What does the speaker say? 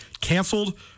canceled